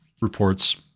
reports